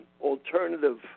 alternative